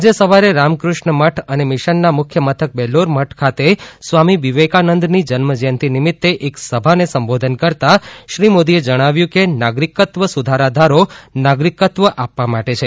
આજે સવારે રામકુષ્ણ મઠ અને મિશનના મુખ્યમથક બેલુર મઠ ખાતે સ્વામી વિવેકાનંદની જન્મજયંતિ નિમિત્તે એક સભાને સંબોધન કરતાં શ્રી મોદીએ જણાવ્યું કે નાગરિકત્વ સુધારા ધારો નાગરિકત્વ આપવા માટે છે